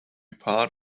part